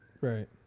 right